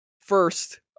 first